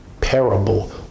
parable